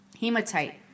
Hematite